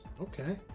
Okay